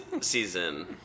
season